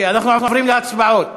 אנחנו עוברים להצבעה.